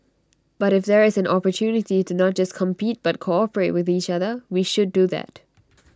but if there is an opportunity to not just compete but cooperate with each other we should do that